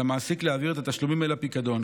על המעסיק להעביר את התשלומים אל הפיקדון.